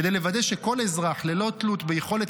כדי לוודא שכל אזרח, ללא תלות ביכולת